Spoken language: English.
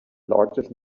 largest